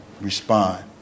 respond